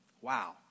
Wow